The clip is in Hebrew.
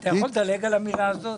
אתה יכול לדלג על המילה הזאת?